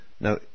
now